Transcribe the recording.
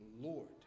Lord